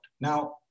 Now